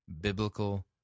Biblical